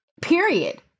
Period